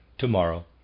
tomorrow